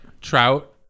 Trout